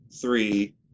three